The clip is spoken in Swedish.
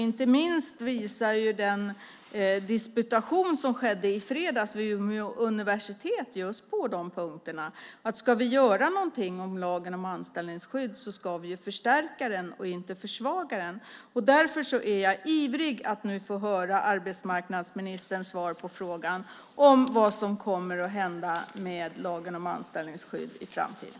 Inte minst visar den disputation som skedde i fredags vid Umeå universitet på att om vi ska göra någonting med lagen om anställningsskydd ska vi förstärka den och inte försvaga den. Därför är jag ivrig att nu få höra arbetsmarknadsministerns svar på frågan om vad som kommer att hända med lagen om anställningsskydd i framtiden.